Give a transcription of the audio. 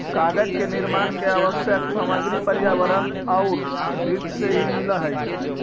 कागज के निर्माण के आवश्यक सामग्री पर्यावरण औउर वृक्ष से ही मिलऽ हई